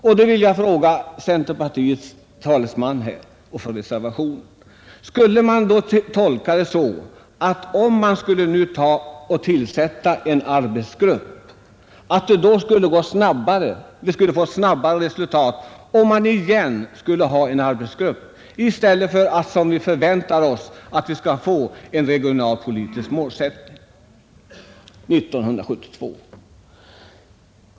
Jag vill nu fråga talesmannen för reservanterna och för centerpartiet — i den händelse motionen skall tolkas så att en arbetsgrupp skall tillsättas — om en ny sådan skulle ge ett snabbare resultat än vad det 1972 väntade regionalpolitiska programmet skulle innebära?